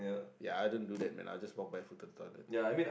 ya I don't do that man I'll just walk by foot to toilet